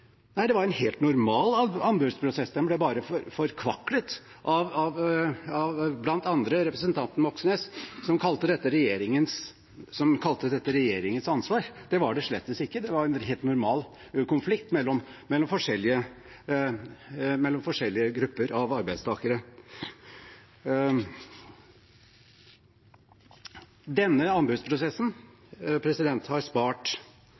Nei, det var en helt normal anbudsprosess. Den ble bare forkvaklet av bl.a. representanten Moxnes, som kalte dette regjeringens ansvar. Det var det slett ikke. Det var en helt normal konflikt mellom forskjellige grupper av arbeidstakere. Denne anbudsprosessen har